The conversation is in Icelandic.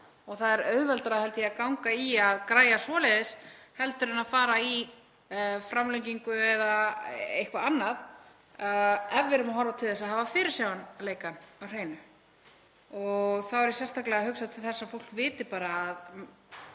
Það er auðveldara, held ég, að ganga í að græja svoleiðis en að fara í framlengingu eða eitthvað annað ef við erum að horfa til þess að hafa fyrirsjáanleikann á hreinu. Þá er ég sérstaklega að hugsa til þess að fólk viti bara að